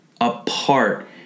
apart